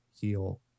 heal